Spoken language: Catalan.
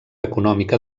econòmica